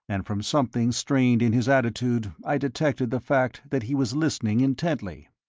and from something strained in his attitude i detected the fact that he was listening intently.